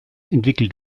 entwickelt